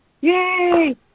Yay